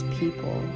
people